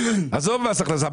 עזוב מס הכנסה,